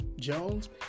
Jones